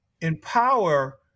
empower